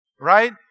right